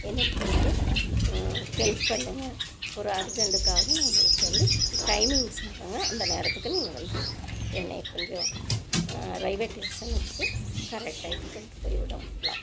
எனக்கு கொஞ்சம் ஹெல்ப் பண்ணுங்கள் ஒரு அர்ஜெண்டுக்காகதான் நான் உங்களுக்கு வந்து டைமிங் சொல்கிறேங்க அந்த நேரத்துக்கு நீங்கள் வந்து என்னை கொஞ்சம் ரயிவே ஸ்டேஷனுக்கு கரெக்ட் டைத்துக்கு கொண்டு போய் விடுவீங்களா